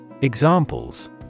Examples